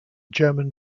german